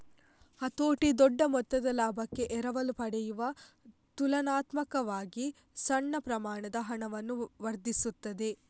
ಹತೋಟಿ ದೊಡ್ಡ ಮೊತ್ತದ ಲಾಭಕ್ಕೆ ಎರವಲು ಪಡೆಯುವ ತುಲನಾತ್ಮಕವಾಗಿ ಸಣ್ಣ ಪ್ರಮಾಣದ ಹಣವನ್ನು ವರ್ಧಿಸುತ್ತದೆ